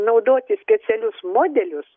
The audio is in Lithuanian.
naudoti specialius modelius